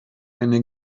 eine